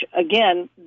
again